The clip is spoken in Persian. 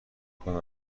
کدام